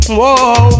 whoa